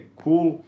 cool